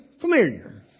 familiar